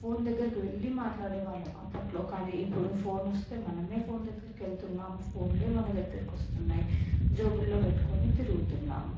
phone దగ్గరికి వెళ్ళి మాట్లాడేవాళ్ళం అప్పట్లో కానీ ఇప్పుడు ఫోన్ వస్తే మనమే ఫోన్ దగ్గరికి వెళ్తున్నాము ఫోన్లే మన దగ్గరికి వస్తున్నాయి జోబుల్లో పెట్టుకొని తిరుగుతున్నాం